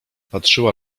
patrzyła